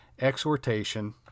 exhortation